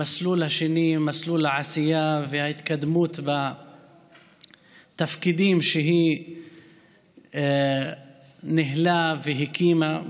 המסלול השני הוא מסלול העשייה וההתקדמות בתפקידים שהיא ניהלה והקימה,